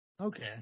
Okay